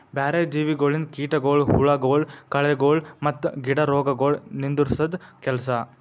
ಬ್ಯಾರೆ ಜೀವಿಗೊಳಿಂದ್ ಕೀಟಗೊಳ್, ಹುಳಗೊಳ್, ಕಳೆಗೊಳ್ ಮತ್ತ್ ಗಿಡ ರೋಗಗೊಳ್ ನಿಂದುರ್ಸದ್ ಕೆಲಸ